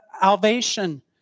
salvation